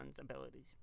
abilities